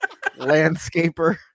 landscaper